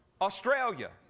Australia